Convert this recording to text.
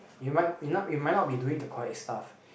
you might you not you might not be doing the correct stuff